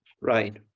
Right